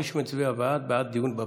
מי שמצביע בעד, בעד דיון בוועדה.